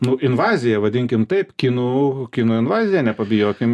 nu invazija vadinkim taip kinų kinų invazija nepabijokim